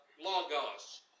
logos